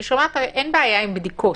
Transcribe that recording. אני שומעת שלא עושים הרבה בדיקות,